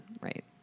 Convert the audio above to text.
right